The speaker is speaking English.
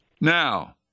Now